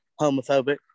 homophobic